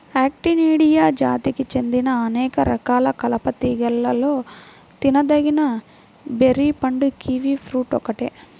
Actinidia జాతికి చెందిన అనేక రకాల కలప తీగలలో తినదగిన బెర్రీ పండు కివి ఫ్రూట్ ఒక్కటే